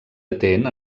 atent